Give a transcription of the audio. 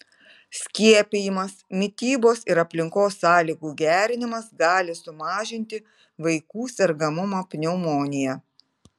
skiepijimas mitybos ir aplinkos sąlygų gerinimas gali sumažinti vaikų sergamumą pneumonija